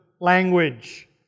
language